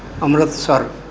Amritsar